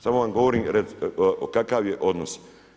Samo vam govorim kakav je odnos.